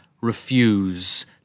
refuse